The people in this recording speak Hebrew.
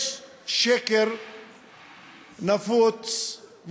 יש שקר נפוץ,